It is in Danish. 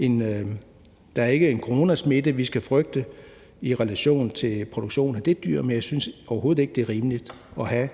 at det ikke er en coronasmitte, vi skal frygte i relation til produktion af de dyr, men jeg synes overhovedet ikke, det er rimeligt at have